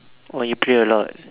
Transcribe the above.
oh you pray a lot